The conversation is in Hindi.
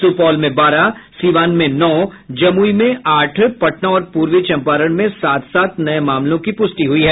सुपौल में बारह सीवान में नौ जमुई में आठ पटना और पूर्वी चंपारण में सात सात नये मामलों की पुष्टि हुई है